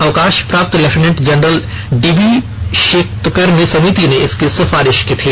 अवकाश प्राप्त lieutenant general D B Shekatkar समिति ने इसकी सिफारिश की थी